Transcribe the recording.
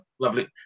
Lovely